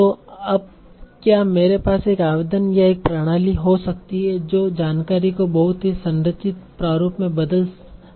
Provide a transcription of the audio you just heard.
तो अब क्या मेरे पास एक आवेदन या एक प्रणाली हो सकती है जो जानकारी को बहुत ही संरचित प्रारूप में बदल देती है